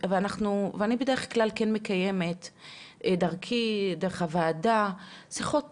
ואני בדרך כלל כן מקיימת דרכי, דרך הוועדה, שיחות